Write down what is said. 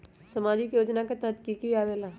समाजिक योजना के तहद कि की आवे ला?